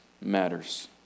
matters